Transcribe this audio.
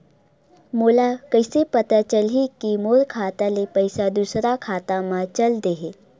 मोला कइसे पता चलही कि मोर खाता ले पईसा दूसरा खाता मा चल देहे?